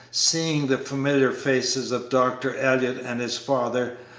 seeing the familiar faces of dr. elliott and his father,